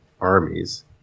armies